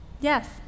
Yes